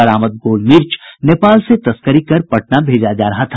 बरामद गोलमिर्च नेपाल से तस्करी कर पटना भेजा जा रहा था